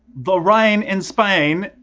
the rain in spain,